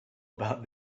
about